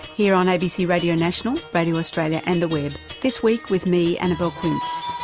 here on abc radio national, radio australia and the web, this week with me, annabelle quince.